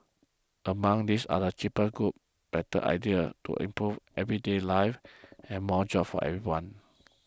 among these are cheaper goods better ideas to improve everyday lives and more jobs for everyone